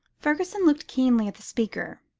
fergusson looked keenly at the speaker.